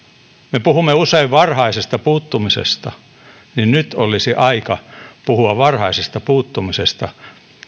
me puhumme usein varhaisesta puuttumisesta ja nyt olisi aika puhua varhaisesta puuttumisesta